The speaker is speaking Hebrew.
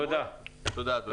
תודה, אדוני.